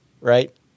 right